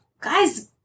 guys